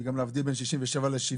זה גם להבדיל בין 67 ל-70,